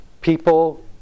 People